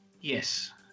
Yes